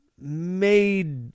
made